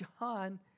John